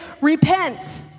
repent